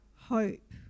hope